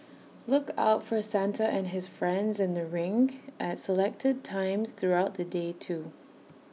look out for Santa and his friends in the rink at selected times throughout the day too